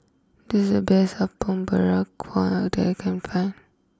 this is the best Apom Berkuah that I can find